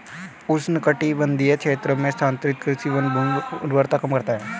उष्णकटिबंधीय क्षेत्रों में स्थानांतरित कृषि वनभूमि उर्वरता कम करता है